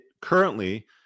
currently